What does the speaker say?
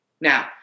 Now